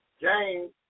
James